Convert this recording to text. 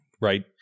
right